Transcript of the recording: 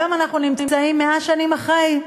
היום אנחנו נמצאים 100 שנים אחרי,